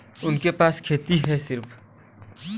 उनके पास खेती हैं सिर्फ